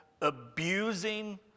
Abusing